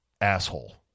asshole